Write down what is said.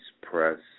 press